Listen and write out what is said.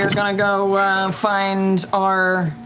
going to go find our.